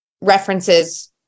references